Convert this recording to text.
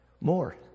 more